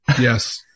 Yes